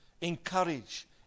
encourage